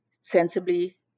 sensibly